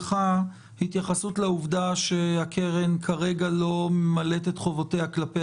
לעובדה שהקרן לא ממלאת כרגע את חובותיה כלפי